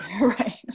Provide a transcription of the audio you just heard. Right